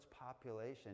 population